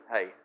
Hey